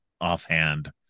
offhand